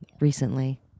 recently